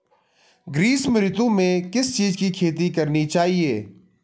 ग्रीष्म ऋतु में किस चीज़ की खेती करनी चाहिये?